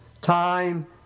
time